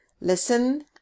Listen